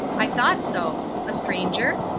i thought so a stranger?